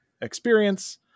experience